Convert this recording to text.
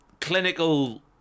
clinical